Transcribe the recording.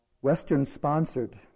Western-sponsored